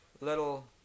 little